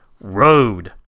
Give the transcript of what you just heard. Road